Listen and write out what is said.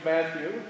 Matthew